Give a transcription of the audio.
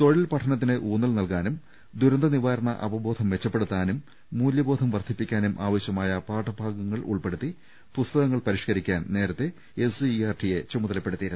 തൊഴിൽ പഠനത്തിന് ഊന്നൽ നൽകാനും ദുരന്തനിവാരണ അവബോധം മെച്ചപ്പെടുത്താനും മൂല്യബോധം വർദ്ധിപ്പിക്കാനും ആവശ്യമായ പാഠഭാഗങ്ങൾ ഉൾപ്പെടുത്തി പുസ്തകങ്ങൾ പരിഷ്കരിക്കാൻ നേരത്തെ എസ് സി ഇ ആർ ടിയെ ചുമതലപ്പെടുത്തിയിരുന്നു